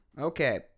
Okay